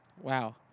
Wow